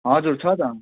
हजुर छ त